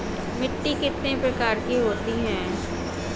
मिट्टी कितने प्रकार की होती हैं?